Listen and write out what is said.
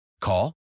Call